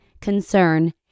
concern